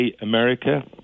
America